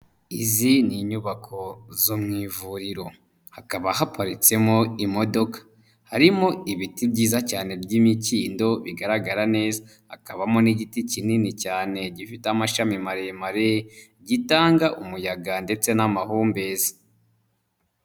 Izi ni inyubako zo mu ivuriro hakaba haparitsemo imodoka harimo ibiti byiza cyane by'imikindo bigaragara neza hakabamo n'igiti kinini cyane gifite amashami maremare gitanga umuyaga ndetse n'amahumbezi.